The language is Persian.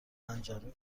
پنجره